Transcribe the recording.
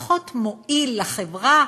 פחות מועיל לחברה?